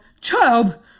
Child